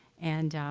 and